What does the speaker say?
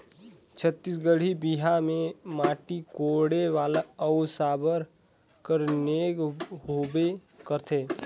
छत्तीसगढ़ी बिहा मे माटी कोड़े वाला अउ साबर कर नेग होबे करथे